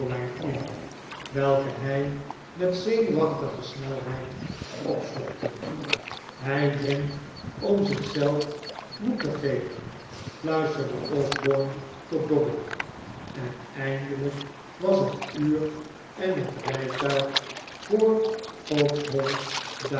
in welke hij met zenuwachtige snelheid opslokte hij drinkt om zichzelf moed te geven fluisterde osborne tot dobbin en eindelijk was het uur en het rijtuig voor